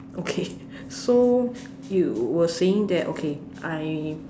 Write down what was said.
okay so you were saying that okay I